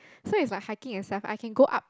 so is like hiking and stuff I can go up